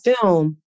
film